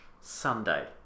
sunday